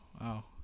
Wow